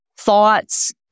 thoughts